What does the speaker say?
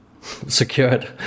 secured